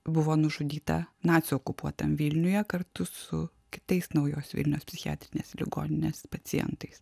buvo nužudyta nacių okupuotam vilniuje kartu su kitais naujos vilnios psichiatrinės ligoninės pacientais